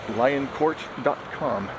lioncourt.com